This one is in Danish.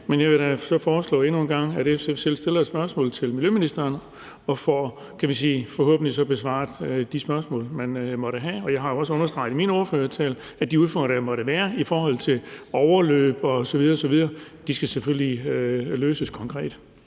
Men jeg vil så endnu en gang foreslå, at SF selv stiller et spørgsmål til miljøministeren. Så får man forhåbentlig besvaret de spørgsmål, man måtte have. Jeg har jo også understreget i min ordførertale, at de konkrete udfordringer, der måtte være i forhold til overløb osv. osv., selvfølgelig skal løses.